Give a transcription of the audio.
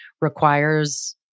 requires